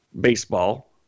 baseball